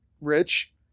Rich